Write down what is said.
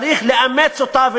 צריך לאמץ אותן,